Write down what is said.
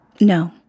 No